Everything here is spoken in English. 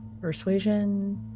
Persuasion